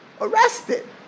Arrested